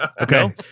Okay